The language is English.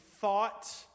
thought